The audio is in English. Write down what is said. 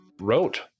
wrote